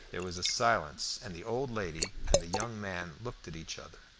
there was a silence, and the old lady and the young man looked at each other.